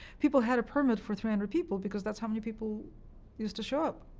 people had a permit for three hundred people because that's how many people used to show up,